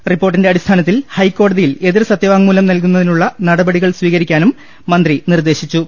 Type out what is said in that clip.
റിപ്പോർട്ടിന്റെ അടിസ്ഥാനത്തിൽ ഹൈക്കോ ട തിയിൽ എതിർസ ത്യ വാങ്മൂലം നൽകു ന്ന തിനുള്ള നട പടികൾ സ്വീകരിക്കാനും മന്ത്രി നിർദ്ദേശിച്ചു